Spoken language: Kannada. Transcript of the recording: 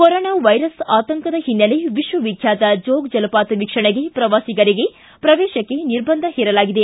ಕೊರೊನಾ ವೈರಸ್ ಆತಂಕದ ಹಿನ್ನೆಲೆ ವಿಶ್ವವಿಖ್ಯಾತ ಜೋಗ ಜಲವಾತ ವೀಕ್ಷಣೆಗೆ ಪ್ರವಾಸಿಗರಿಗೆ ಪ್ರವೇಶಕ್ಕೆ ನಿರ್ಬಂಧ ಹೇರಲಾಗಿದೆ